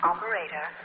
Operator